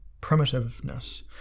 primitiveness